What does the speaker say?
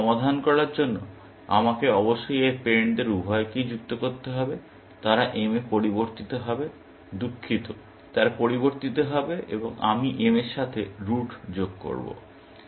সুতরাং সমাধান করার জন্য আমাকে অবশ্যই এর পেরেন্টদের উভয়কেই যুক্ত করতে হবে তারা m এ পরিবর্তিত হবে দুঃখিত তারা পরিবর্তিত হবে এবং আমি m এর সাথে রুট যোগ করব